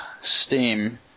Steam